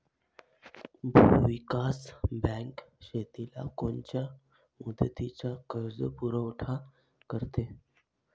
भूविकास बँक शेतीला कोनच्या मुदतीचा कर्जपुरवठा करते?